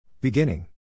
Beginning